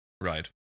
right